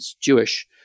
Jewish